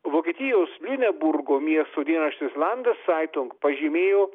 vokietijos liuneburgo miesto dienraštis landecaitung pažymėjo